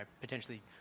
potentially